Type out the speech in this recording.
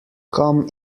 come